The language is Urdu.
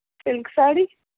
سلک ساڑی